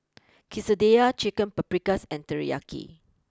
Quesadillas Chicken Paprikas and Teriyaki